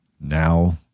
now